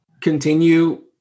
Continue